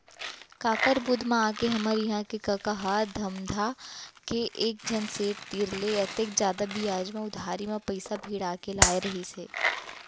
काकर बुध म आके हमर इहां के कका ह धमधा के एकझन सेठ तीर ले अतेक जादा बियाज म उधारी म पइसा भिड़ा के लाय रहिस हे